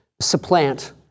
supplant